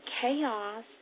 chaos